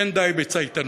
אין די בצייתנות.